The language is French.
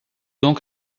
donc